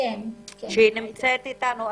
שנמצאת אותנו?